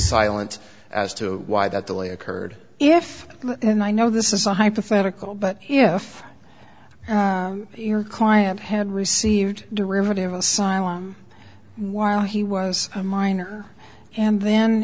silent as to why that delay occurred if and i know this is a hypothetical but if your client had received derivative asylum while he was a minor and then